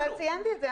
אבל ציינתי את זה.